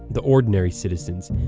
the ordinary citizens,